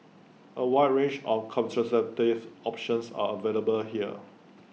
A wide range of contraceptive options are available here